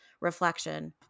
reflection